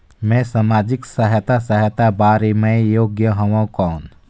मैं समाजिक सहायता सहायता बार मैं योग हवं कौन?